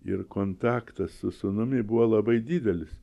ir kontaktas su sūnumi buvo labai didelis